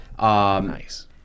Nice